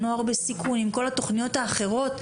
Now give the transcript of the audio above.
עם כל התוכניות האחרות,